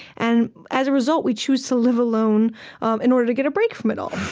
and as a result, we choose to live alone in order to get a break from it all,